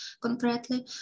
concretely